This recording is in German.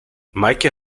meike